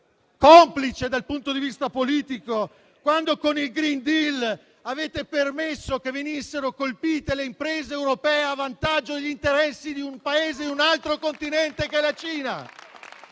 complice, dal punto di vista politico, quando con il *green deal* avete permesso che venissero colpite le imprese europee a vantaggio degli interessi del Paese di un altro Continente, come la Cina